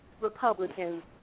Republicans